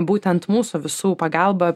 būtent mūsų visų pagalba